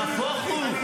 נהפוך הוא.